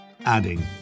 adding